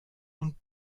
und